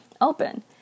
open